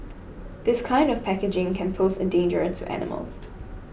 this kind of packaging can pose a danger to animals